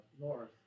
north